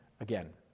again